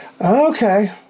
Okay